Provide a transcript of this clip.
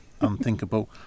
unthinkable